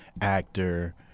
actor